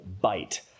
bite